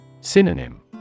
Synonym